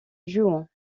juan